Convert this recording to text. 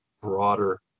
broader